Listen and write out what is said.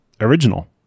original